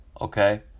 Okay